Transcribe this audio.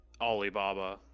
Alibaba